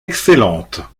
excellente